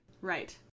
Right